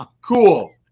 Cool